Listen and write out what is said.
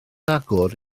agor